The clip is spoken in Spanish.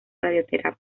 radioterapia